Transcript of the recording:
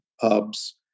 hubs